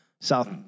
South